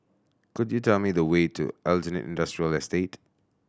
could you tell me the way to Aljunied Industrial Estate